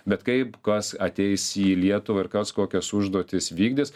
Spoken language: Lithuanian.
bet kaip kas ateis į lietuvą ir kas kokias užduotis vykdys